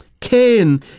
Cain